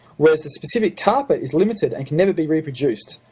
whereas a specific carpet is limited and can never be reproduced,